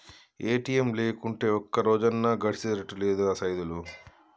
ATM లేకుంటే ఒక్కరోజన్నా గడిసెతట్టు లేదురా సైదులు